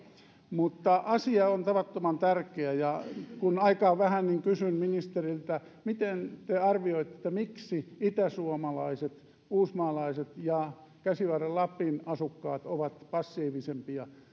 mutta asia on tavattoman tärkeä ja kun aikaa on vähän niin kysyn ministeriltä miten te arvioitte miksi itäsuomalaiset uusmaalaiset ja käsivarren lapin asukkaat ovat passiivisempia